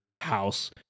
house